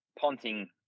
Ponting